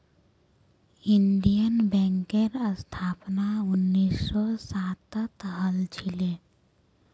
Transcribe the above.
Indian बैंकेर स्थापना उन्नीस सौ सातत हल छिले